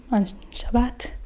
on shabbat,